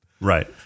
right